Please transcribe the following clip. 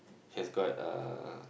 has got uh